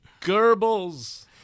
Goebbels